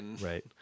Right